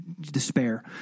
despair